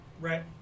Right